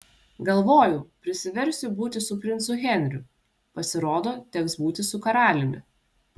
galvojau prisiversiu būti su princu henriu pasirodo teks būti su karaliumi